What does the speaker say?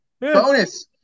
bonus